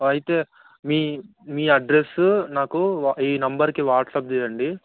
అయితే మీ మీ అడ్రస్ నాకు వా ఈ నెంబర్కి వాట్సాప్ చేయండి